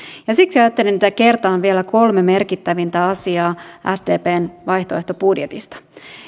ja siksi ajattelin että kertaan vielä kolme merkittävintä asiaa sdpn vaihtoehtobudjetista